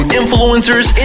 influencers